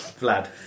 Vlad